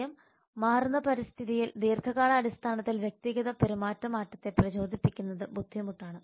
നയം മാറുന്ന പരിതസ്ഥിതിയിൽ ദീർഘകാലാടിസ്ഥാനത്തിൽ വ്യക്തിഗത പെരുമാറ്റ മാറ്റത്തെ പ്രചോദിപ്പിക്കുന്നത് ബുദ്ധിമുട്ടാണ്